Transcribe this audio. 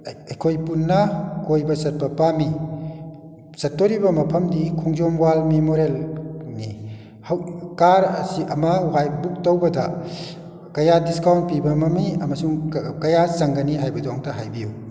ꯑꯩꯈꯣꯏ ꯄꯨꯟꯅ ꯀꯣꯏꯕ ꯆꯠꯄ ꯄꯥꯝꯃꯤ ꯆꯠꯇꯣꯔꯤꯕ ꯃꯐꯝꯗꯤ ꯈꯣꯡꯖꯣꯝ ꯋꯥꯔ ꯃꯦꯃꯣꯔꯤꯌꯦꯜꯅꯤ ꯀꯥꯔ ꯑꯁꯤ ꯑꯃ ꯕꯨꯛ ꯇꯧꯕꯗ ꯀꯌꯥ ꯗꯤꯁꯀꯥꯎꯟ ꯄꯤꯕ ꯉꯝꯃꯤ ꯑꯃꯁꯨꯡ ꯀꯌꯥ ꯆꯪꯒꯅꯤ ꯍꯥꯏꯕꯗꯨ ꯑꯝꯇ ꯍꯥꯏꯕꯤꯌꯨ